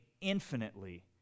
infinitely